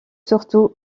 surtout